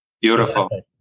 Beautiful